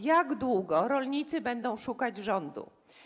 Jak długo rolnicy będą szukać rządu?